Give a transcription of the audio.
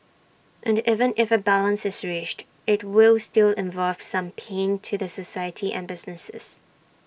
and even if A balance is reached IT will still involve some pain to the society and businesses